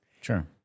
Sure